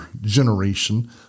generation